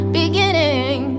beginning